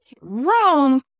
wrong